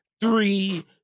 three